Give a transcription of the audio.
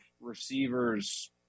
receivers